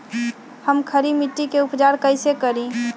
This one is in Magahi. हम खड़ी मिट्टी के उपचार कईसे करी?